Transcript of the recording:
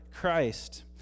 Christ